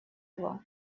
его